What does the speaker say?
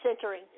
centering